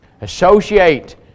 Associate